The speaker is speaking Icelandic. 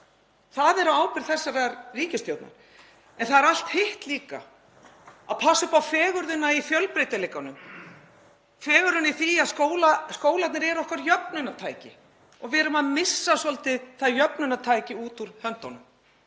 Það er á ábyrgð þessarar ríkisstjórnar. En það er allt hitt líka, að passa upp á fegurðina í fjölbreytileikanum, fegurðina í því að skólarnir eru okkar jöfnunartæki. Við erum að missa það jöfnunartæki svolítið út úr höndunum